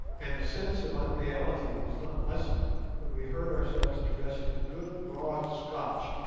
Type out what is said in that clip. and the sense of unreality was not lessened when we heard ourselves addressed in good broad scotch,